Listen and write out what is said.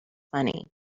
funny